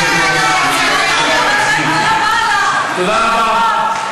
תודה רבה.